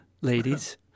ladies